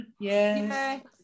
yes